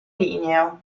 ligneo